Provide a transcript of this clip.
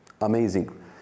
amazing